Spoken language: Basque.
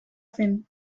zen